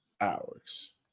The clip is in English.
hours